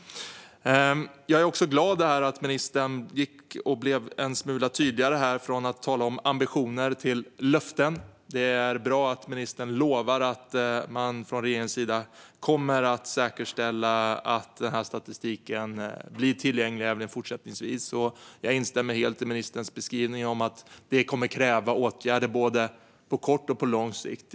Jag är glad över att ministern blev en smula tydligare och gick från att tala om ambitioner till att tala om löften. Det är bra att ministern lovar att regeringen kommer att säkerställa att statistiken blir tillgänglig även fortsättningsvis. Jag instämmer helt i ministerns beskrivning av att detta kommer att kräva åtgärder på både kort och lång sikt.